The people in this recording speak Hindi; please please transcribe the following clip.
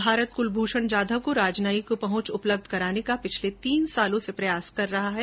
भारत कूलभूषण जाधव को राजनयिक पहुंच उपलब्ध कराने का पिछले तीन सालों से कोशिश कर रहा है